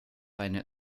einer